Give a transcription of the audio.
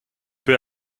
peu